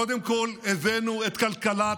קודם כול, הבאנו את כלכלת,